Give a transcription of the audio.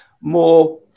more